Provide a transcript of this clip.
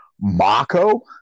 Mako